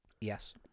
Yes